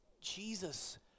Jesus